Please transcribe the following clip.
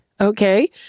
Okay